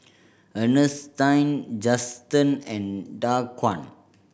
Ernestine Juston and Daquan